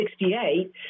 1968